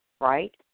right